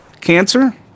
cancer